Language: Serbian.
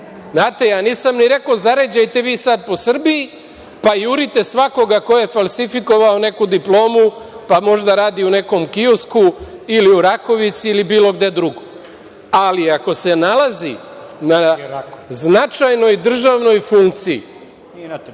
nivou. Znate, ja nisam ni rekao zaređajte vi sada po Srbiji, pa jurite svakoga ko je falsifikovao neku diplomu, pa možda radi u nekom kiosku ili u Rakovici ili bilo gde drugo. Ali, ako se nalazi na značajnoj državnoj funkciji,